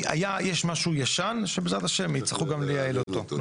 יש משהו ישן שבעזרת ה' יצטרכו גם לייעל אותו.